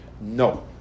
No